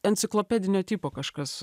enciklopedinio tipo kažkas